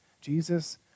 Jesus